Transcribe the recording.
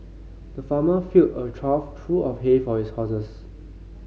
the farmer filled a trough true of hay for his horses